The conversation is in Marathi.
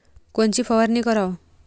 कोनची फवारणी कराव?